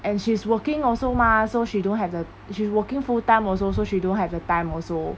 and she's working also mah so she don't have the she working full time also so she don't have the time also